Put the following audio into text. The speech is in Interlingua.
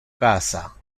casa